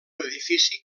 l’edifici